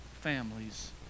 families